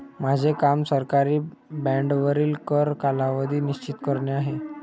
माझे काम सरकारी बाँडवरील कर कालावधी निश्चित करणे आहे